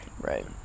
Right